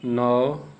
नौ